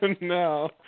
no